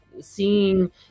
seeing